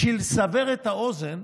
בשביל לסבר את האוזן,